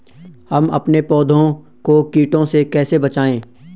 हम अपने पौधों को कीटों से कैसे बचाएं?